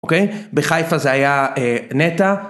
אוקיי? בחיפה זה היה נטע.